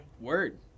Word